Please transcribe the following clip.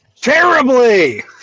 Terribly